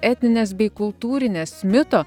etnines bei kultūrines mito